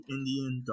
Indian